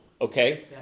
Okay